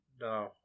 no